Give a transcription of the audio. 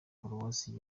paruwasi